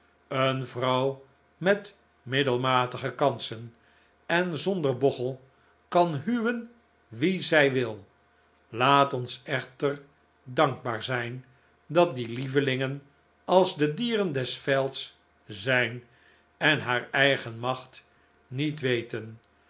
een vrouw met middelmatige kansen en zonder bochel kan huwen wien zij wit laat ons echter dankbaar zijn dat die lievelingen als de dieren des velds zijn en haar eigen macht niet weten